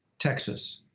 texas,